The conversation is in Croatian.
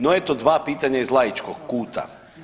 No eto dva pitanja iz laičkog kuta.